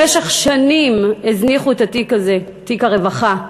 במשך שנים הזניחו את התיק הזה, תיק הרווחה.